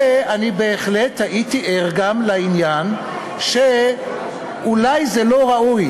ואני בהחלט הייתי ער גם לעניין שאולי זה לא ראוי